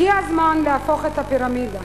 הגיע הזמן להפוך את הפירמידה,